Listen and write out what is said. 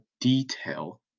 detail